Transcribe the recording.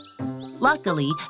Luckily